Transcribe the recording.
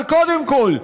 אבל קודם כול,